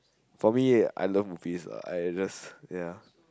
for me I learn pizza I just ya